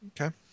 Okay